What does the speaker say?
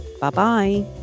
Bye-bye